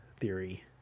theory